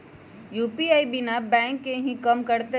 UPI बिना bank के भी कम करतै?